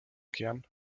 kern